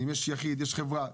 יש יחיד, יש חברה.